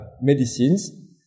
medicines